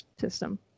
system